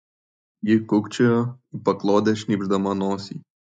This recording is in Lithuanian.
ji kūkčiojo į paklodę šnypšdama nosį